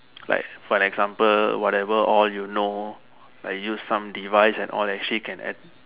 like for example whatever all you know like use some devices and all that shit can add